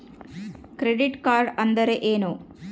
Credit rate ಅಂದರೆ ಏನು?